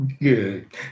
Good